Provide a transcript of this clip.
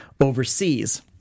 overseas